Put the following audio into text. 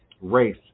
race